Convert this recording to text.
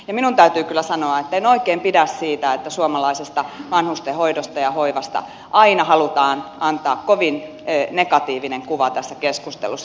ja minun täytyy kyllä sanoa että en oikein pidä siitä että suomalaisesta vanhustenhoidosta ja hoivasta aina halutaan antaa kovin negatiivinen kuva tässä keskustelussa